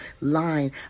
line